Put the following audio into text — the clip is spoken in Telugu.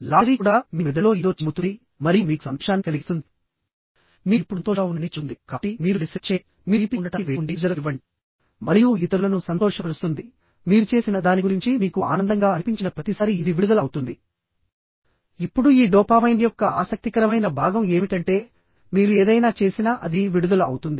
లాటరీ కూడా మీ మెదడులో ఏదో చిమ్ముతుంది మరియు మీకు సంతోషాన్ని కలిగిస్తుంది మీరు ఇప్పుడు సంతోషంగా ఉన్నారని చెబుతుంది కాబట్టి మీరు వెళ్లి సెల్యూట్ చేయండి మీరు తీపిగా ఉండటానికి వేచి ఉండి ప్రజలకు ఇవ్వండి మరియు ఇతరులను సంతోషపరుస్తుంది మీరు చేసిన దాని గురించి మీకు ఆనందంగా అనిపించిన ప్రతిసారీ ఇది విడుదల అవుతుంది ఇప్పుడు ఈ డోపామైన్ యొక్క ఆసక్తికరమైన భాగం ఏమిటంటే మీరు ఏదైనా చేసినా అది విడుదల అవుతుంది